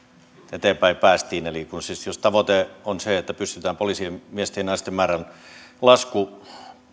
eteenpäin päästiin jos siis tavoite on se että pystytään poliisimiesten ja naisten määrän lasku